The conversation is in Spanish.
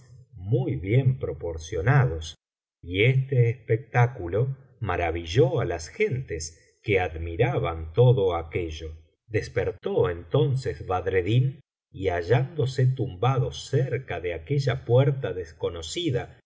muy bien proporcionados y este espectáculo maravilló á las gentes que admiraban todo aquello despertó entonces badreddin y hallándose tumbado cerca de aquella puerta desconocida